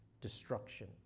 destruction